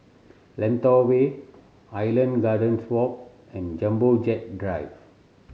Lentor Way Island Gardens Walk and Jumbo Jet Drive